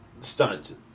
stunt